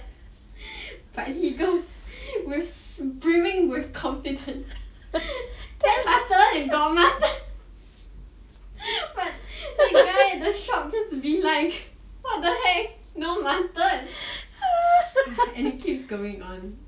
but he goes brimming with confidence ten mutton got mutton but the guy at the shop just be like what the heck no mutton and it keeps going on